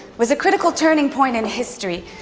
was a critical turning point in history,